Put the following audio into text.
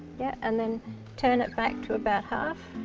yeah and then turn it back to about half.